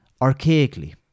archaically